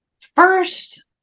first